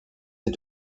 est